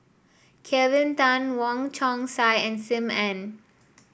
Kelvin Tan Wong Chong Sai and Sim Ann